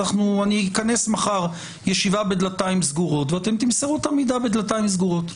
אני אכנס מחר ישיבה בדלתיים סגורות ואתם תמסרו את המידע בדלתיים סגורות.